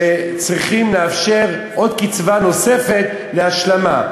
שצריכים לאפשר עוד קצבה נוספת להשלמה.